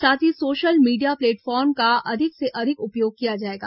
साथ ही social media platform का अधिक से अधिक उपयोग किया जाएगा